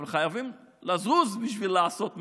אבל חייבים לזוז בשביל לעשות משהו.